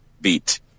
beat